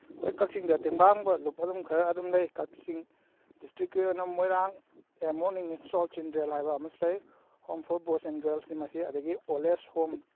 ꯍꯣꯏ ꯀꯛꯆꯤꯡꯗ ꯇꯦꯡꯕꯥꯡꯕ ꯂꯨꯞ ꯑꯗꯨꯝ ꯈꯔ ꯑꯗꯨꯝ ꯂꯩ ꯀꯛꯆꯤꯡ ꯗꯤꯁꯇ꯭ꯔꯤꯛꯀꯤ ꯑꯣꯏꯅ ꯃꯣꯏꯔꯥꯡ ꯑꯦ ꯃꯣꯔꯅꯤꯡ ꯏꯟꯇ꯭ꯔꯣꯜ ꯆꯤꯟꯗ꯭ꯔꯦꯜ ꯍꯥꯏꯕ ꯑꯃꯁꯨ ꯂꯩ ꯍꯣꯝ ꯐꯣꯔ ꯕꯣꯏꯁ ꯑꯦꯟ ꯒ꯭ꯔꯜꯁꯅꯤ ꯃꯁꯤ ꯑꯗꯨꯗꯒꯤ ꯑꯣꯜ ꯑꯦꯖ ꯍꯣꯝ